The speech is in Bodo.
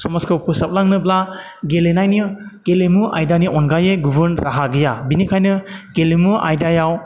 समाजखौ फोसाबलांनोब्ला गेलेनायनि गेलेमु आयदानि अनगायै गुबुन राहा गैया बेनिखायनो गेलेमु आयदायाव